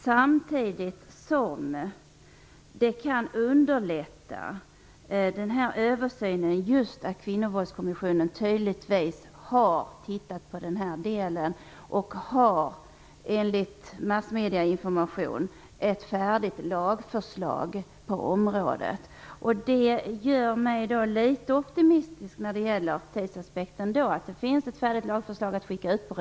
Samtidigt kan den här översynen underlättas av att Kvinnovåldskommissionen tydligen har tittat på den här delen och enligt massmedieinformation har ett färdigt lagförslag på området. Att det finns ett färdigt lagförslag att skicka ut på remiss gör mig litet optimistisk när det gäller tidsaspekten.